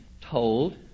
told